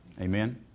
amen